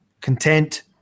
content